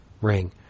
ring